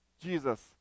Jesus